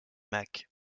mac